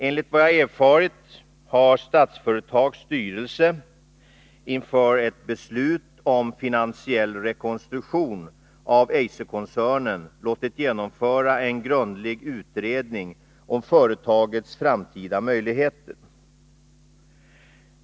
Enligt vad jag erfarit har Statsföretags styrelse inför ett beslut om finansiell rekonstruktion av Eiser-koncernen låtit genomföra en grundlig utredning om företagets framtida möjligheter.